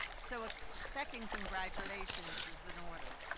so a second congratulations is in order.